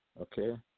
Okay